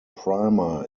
primer